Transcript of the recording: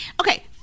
Okay